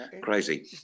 crazy